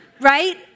Right